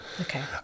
Okay